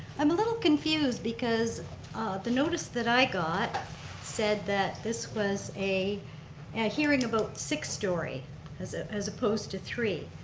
i'm a little confused because the notice that i got said that this was a hearing about six story as ah as opposed to three.